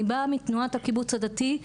אני באה מתנועת הקיבוץ הדתי,